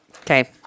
Okay